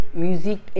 music